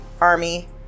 army